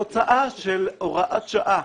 תוצאה של הוראת שעה